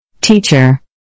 Teacher